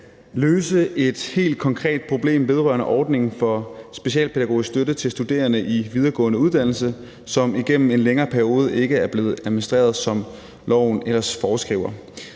løse et helt konkret problem vedrørende ordningen for specialpædagogisk støtte til studerende i videregående uddannelse, som igennem en længere periode ikke er blevet administreret, som loven ellers foreskriver.